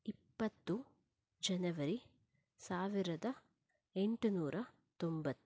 ಇಪ್ಪತ್ತು ಜನವರಿ ಸಾವಿರದ ಎಂಟುನೂರ ತೊಂಬತ್ತು